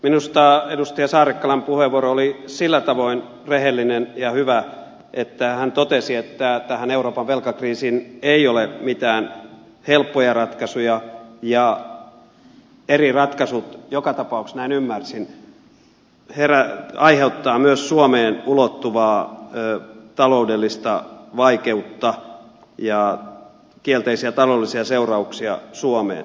minusta edustaja saarakkalan puheenvuoro oli sillä tavoin rehellinen ja hyvä että hän totesi että tähän euroopan velkakriisiin ei ole mitään helppoja ratkaisuja ja eri ratkaisut joka tapauksessa näin ymmärsin aiheuttavat myös suomeen ulottuvaa taloudellista vaikeutta ja kielteisiä taloudellisia seurauksia suomeen